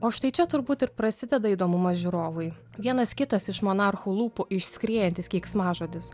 o štai čia turbūt ir prasideda įdomumas žiūrovui vienas kitas iš monarchų lūpų išskriejantis keiksmažodis